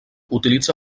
utilitza